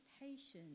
patience